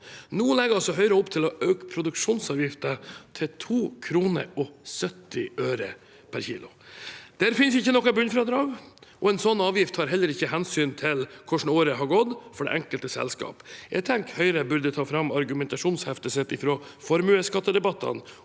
Nå legger altså Høyre opp til å øke produksjonsavgiften til 2,70 kr per kilo. Der finnes det ikke noe bunnfradrag, og en sånn avgift tar heller ikke hensyn til hvordan året har gått for det enkelte selskap. Jeg tenker Høyre burde ta fram argumentasjonsheftet sitt fra formuesskattdebattene